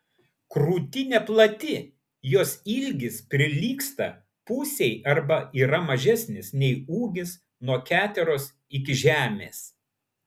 krūtinė plati jos ilgis prilygsta pusei arba yra mažesnis nei ūgis nuo keteros iki žemės